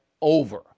over